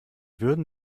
würden